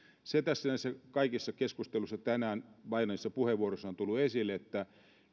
se näissä kaikissa keskusteluissa tänään painavissa puheenvuoroissa on tullut esille että